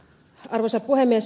arvoisa puhemies